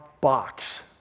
box